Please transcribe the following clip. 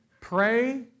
pray